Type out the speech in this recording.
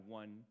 one